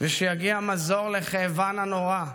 ושיגיע מזור לכאבן הנורא,